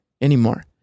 anymore